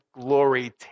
glory